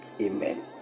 Amen